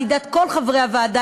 לידיעת כל חברי הוועדה,